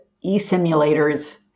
E-simulators